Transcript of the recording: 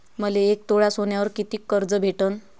मले एक तोळा सोन्यावर कितीक कर्ज भेटन?